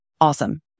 Awesome